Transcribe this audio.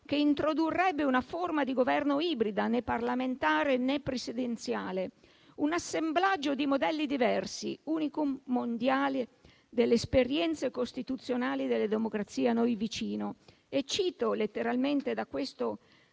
che introdurrebbe una forma di Governo ibrida, né parlamentare né presidenziale. Un assemblaggio di modelli diversi, *unicum* mondiale, delle esperienze costituzionali delle democrazie a noi vicine. Cito letteralmente da questo